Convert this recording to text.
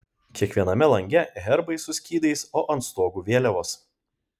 kiekviename lange herbai su skydais o ant stogų vėliavos